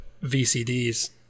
VCDs